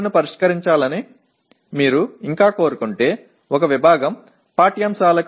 க்களை உரையாற்ற வேண்டும் என்று நீங்கள் விரும்பினால் சில பி